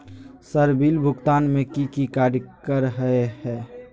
Sir bill भुगतान में की की कार्य पर हहै?